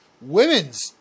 women's